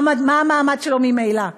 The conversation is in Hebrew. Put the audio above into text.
מה המעמד שלו ממילא?